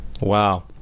Wow